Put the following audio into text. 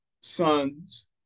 sons